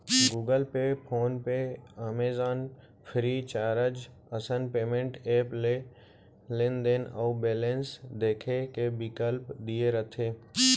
Google Pay, PhonePe, Amazon, FreeCharge असन payment app ले लेनदेन अउ बेलेंस देखे के बिकल्प दिये रथे